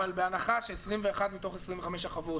אבל בהנחה ש-21 מתוך 25 החוות